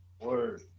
Word